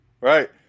right